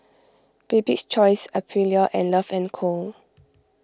Bibik's Choice Aprilia and Love and Co